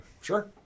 Sure